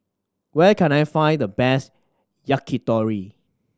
where can I find the best Yakitori